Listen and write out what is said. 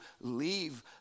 leave